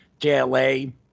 JLA